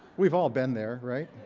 we've all been there, right.